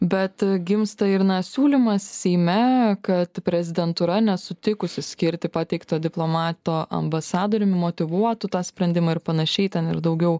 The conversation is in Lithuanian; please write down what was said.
bet gimsta ir na siūlymas seime kad prezidentūra nesutikusi skirti pateikto diplomato ambasadoriumi motyvuotų tą sprendimą ir panašiai ten ir daugiau